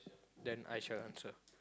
then I shall answer